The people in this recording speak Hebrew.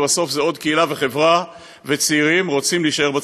ובסוף זה עוד קהילה וחברה וצעירים הרוצים להישאר בצפון.